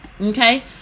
Okay